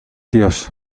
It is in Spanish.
dios